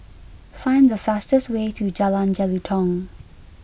find the fastest way to Jalan Jelutong